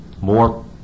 more